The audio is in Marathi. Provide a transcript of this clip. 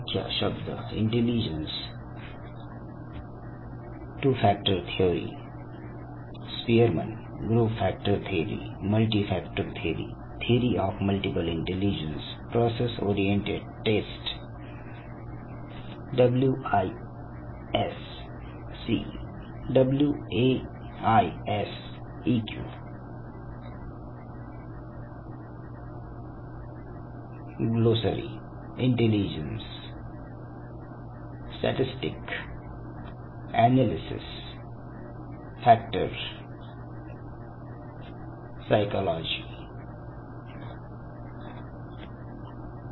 मुख्य शब्द intelligence 2 factor theory Spearman group factor theory multi factor theory theory of multiple intelligence process oriented test W IS C W A I S E Q